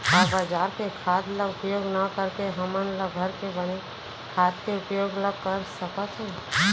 का बजार के खाद ला उपयोग न करके हमन ल घर के बने खाद के उपयोग ल कर सकथन?